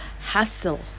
hustle